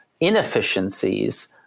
inefficiencies